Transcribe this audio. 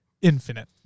Infinite